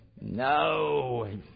no